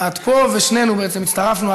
את פה ושנינו בעצם הצטרפנו,